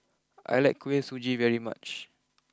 I like Kuih Suji very much